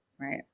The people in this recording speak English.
right